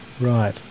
right